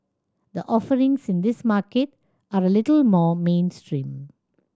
the offerings in this market are a little more mainstream